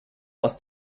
aus